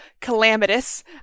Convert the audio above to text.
calamitous